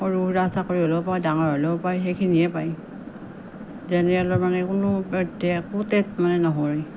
সৰু সুৰা চাকৰি হ'লেও পায় ডাঙৰ হ'লেও পায় সেইখিনিয়েহে পায় জেনেৰেলৰ মানে কোনো একোতে মানে নহয়ে